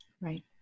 Right